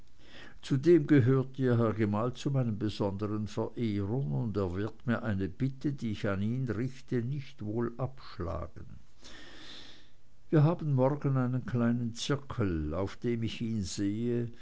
zudem gehört ihr herr gemahl zu meinen besonderen verehrern und er wird mir eine bitte die ich an ihn richte nicht wohl abschlagen wir haben morgen einen kleinen zirkel auf dem ich ihn sehe